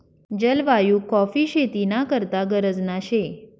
जलवायु काॅफी शेती ना करता गरजना शे